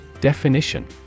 Definition